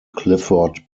clifford